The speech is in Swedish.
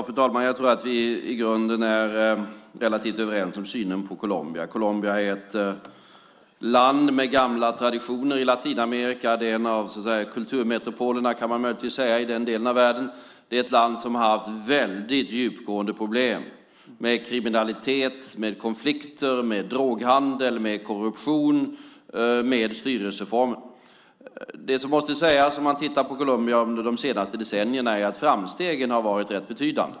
Fru talman! Jag tror att vi i grunden är relativt överens om synen på Colombia. Colombia är ett land i Latinamerika med gamla traditioner. Man kan möjligtvis säga att det är en av kulturmetropolerna i den delen av världen. Det är ett land som haft mycket djupgående problem med kriminalitet, konflikter, droghandel, korruption och styrelseform. Om man tittar på Colombia under de senaste decennierna måste man emellertid säga att framstegen varit rätt betydande.